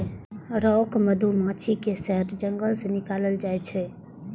rock मधुमाछी के शहद जंगल सं निकालल जाइ छै